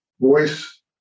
voice